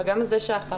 וגם זה שאחריו,